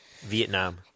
Vietnam